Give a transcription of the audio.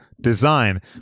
design